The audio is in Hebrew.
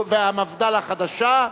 המפד"ל החדשה.